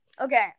okay